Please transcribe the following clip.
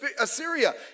Assyria